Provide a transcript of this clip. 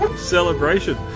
Celebration